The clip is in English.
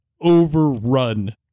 overrun